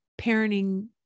parenting